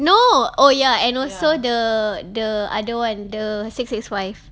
no oh ya and also the the other one the six six five